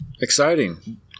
Exciting